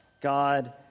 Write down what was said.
God